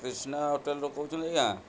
କ୍ରିଷ୍ଣା ହୋଟେଲ୍ରୁ କହୁଛନ୍ତି ଆଜ୍ଞା